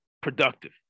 productive